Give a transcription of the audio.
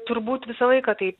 turbūt visą laiką tai